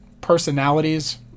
personalities